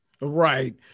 Right